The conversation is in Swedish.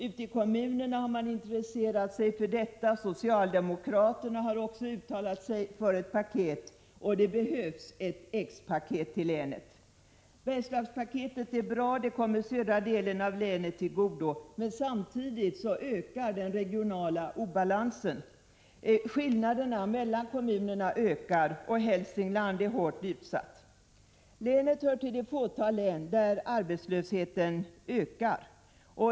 Ute i kommunerna har man intresserat sig för detta. Socialdemokraterna har också uttalat sig för ett paket, och det behövs ett X-paket till länet. Bergslagspaketet är bra. Det kommer södra delen av länet till godo. Men samtidigt ökar den regionala obalansen. Skillnaderna mellan kommunerna ökar, och Hälsingland är hårt utsatt. Gävleborg hör till det fåtal län där arbetslösheten ökar.